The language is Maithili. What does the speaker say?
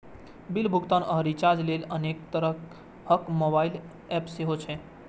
बिल भुगतान आ रिचार्ज लेल अनेक तरहक मोबाइल एप सेहो छै